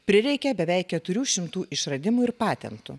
prireikė beveik keturių šimtų išradimų ir patentų